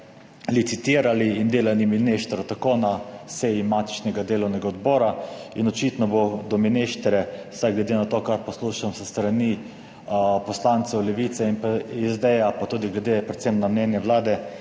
licitirali in delali mineštro tako na seji matičnega delovnega odbora in očitno bo do mineštre, vsaj glede na to, kar poslušam s strani poslancev Levice in pa SD, pa tudi predvsem glede na mnenje Vlade,